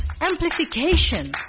amplification